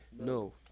No